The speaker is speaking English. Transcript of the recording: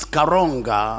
Karonga